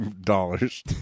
dollars